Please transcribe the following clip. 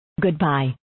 Goodbye